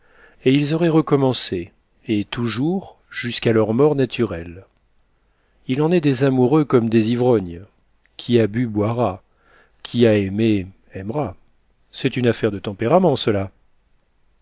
et ils auraient recommencé et toujours jusqu'à leur mort naturelle il en est des amoureux comme des ivrognes qui a bu boira qui a aimé aimera c'est une affaire de tempérament cela